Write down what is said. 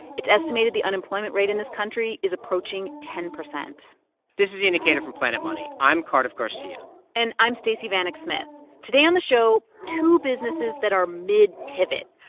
it's estimated the unemployment rate in this country is approaching ten point this is the indicator from planet money. i'm cardiff garcia and i'm stacey vanek smith. today on the show, two businesses that are mid-pivot,